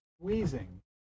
squeezing